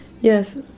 Yes